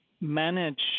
manage